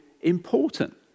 important